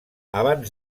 abans